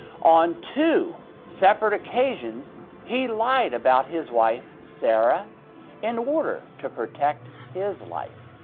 on two separate occasions he lied about his wife sarah in order to protect his life.